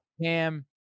Cam